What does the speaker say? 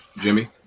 Jimmy